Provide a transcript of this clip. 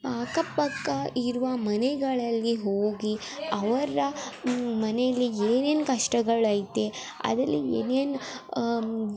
ಅಕ್ಕ ಪಕ್ಕ ಇರುವ ಮನೆಗಳಲ್ಲಿ ಹೋಗಿ ಅವರ ಮನೆಯಲ್ಲಿ ಏನೇನು ಕಷ್ಟಗಳು ಐತೆ ಅದರಲ್ಲಿ ಏನೇನು